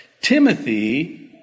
Timothy